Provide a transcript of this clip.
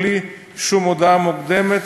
בלי שום הודעה מוקדמת,